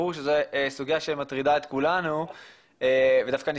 ברור שזו סוגיה שמטרידה את כולנו ודווקא אני